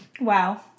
Wow